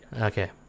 Okay